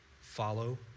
follow